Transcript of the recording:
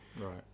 Right